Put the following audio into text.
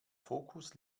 fokus